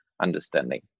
understanding